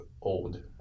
old